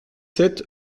sept